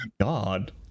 God